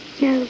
no